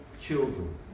children